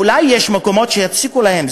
אולי יש מקומות שהציקו להם,